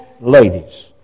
ladies